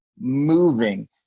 moving